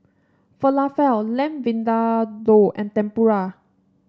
Falafel Lamb Vindaloo and Tempura